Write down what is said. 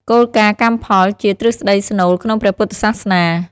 គោលការណ៍កម្មផល ជាទ្រឹស្ដីស្នូលក្នុងព្រះពុទ្ធសាសនា។